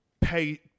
pay